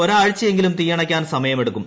ഒരാഴ്ചയെങ്കിലും തീയണയ്ക്കാൻ സമയമെടുക്കും